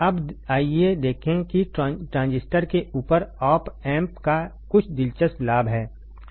अब आइए देखें कि ट्रांजिस्टर के ऊपर ऑप एम्प का कुछ दिलचस्प लाभ है